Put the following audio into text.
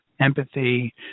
empathy